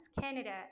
Canada